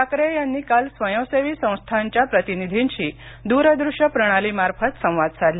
ठाकरे यांनी काल स्वयंसेवी संस्थांच्या प्रतिनिधींशी दूरदृष्य प्रणाली मार्फत संवाद साधला